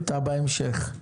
בהמשך.